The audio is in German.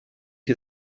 ich